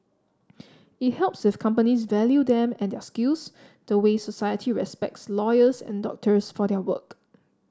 it helps if companies value them and their skills the way society respects lawyers and doctors for their work